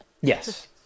Yes